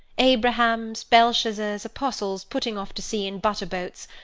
abrahams, belshazzars, apostles putting off to sea in butter-boats,